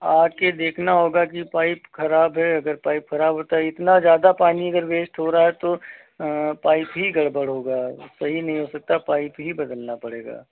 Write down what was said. आ कर देखना होगा कि पाइप खराब है अगर पाइप खराब होता तो इतना ज़्यादा पानी अगर वेस्ट हो रहा है तो पाइप ही गड़बड़ होगा सही नहीं हो सकता पाइप ही बदलना पड़ेगा